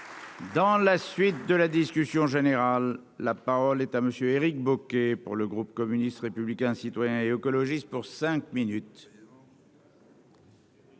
Dans la suite de la discussion générale, la parole est à monsieur Éric Bocquet pour le groupe communiste, républicain, citoyen et écologiste pour cinq minutes.